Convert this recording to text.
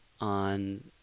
on